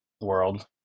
world